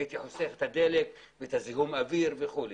הייתי חוסך את הדלק ואת זיהום האוויר וכולי.